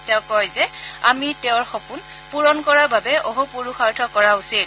তেওঁ কয় যে আমি তেওঁৰ সপোন পুৰণ কৰাৰ বাবে অহোপুৰুষাৰ্থ কৰা উচিত